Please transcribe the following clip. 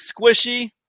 squishy